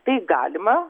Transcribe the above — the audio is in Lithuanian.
tai galima